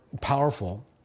powerful